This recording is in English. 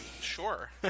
sure